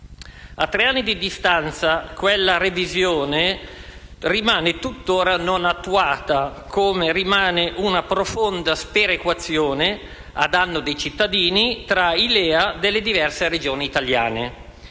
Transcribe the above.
A tre anni di distanza quella revisione rimane tutt'ora non attuata, come rimane una profonda sperequazione a danno dei cittadini tra i livelli essenziali